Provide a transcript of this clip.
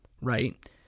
right